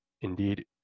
Indeed